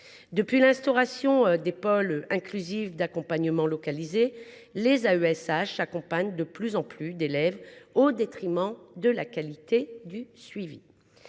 Depuis l’instauration des pôles inclusifs d’accompagnement localisés (Pial), les AESH accompagnent de plus en plus d’élèves, au détriment de la qualité du suivi